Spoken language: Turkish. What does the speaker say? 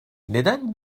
neden